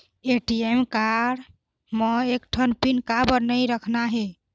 ATM card म एक ठन पिन काबर नई रखना हे?